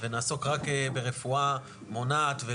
ונעסוק רק ברפואה מונעת.